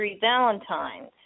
Valentine's